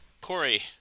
Corey